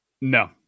No